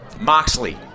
Moxley